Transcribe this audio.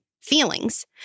feelings